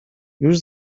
już